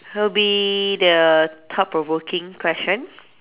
it'll be the thought provoking question